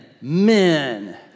men